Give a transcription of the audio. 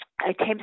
attempts